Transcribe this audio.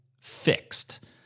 fixed